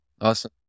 Awesome